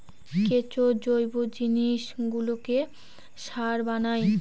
কেঁচো জৈব জিনিসগুলোকে সার বানায়